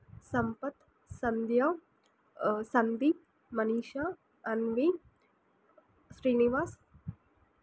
Sampath Sandhya Sandeep Manisha Anvi Srinivas